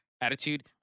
attitude